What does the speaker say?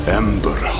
ember